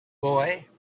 boy